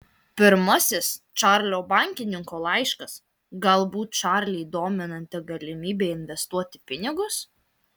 pirmasis čarlio bankininko laiškas galbūt čarlį dominanti galimybė investuoti pinigus